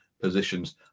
positions